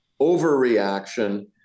overreaction